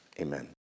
Amen